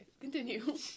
Continue